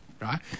Right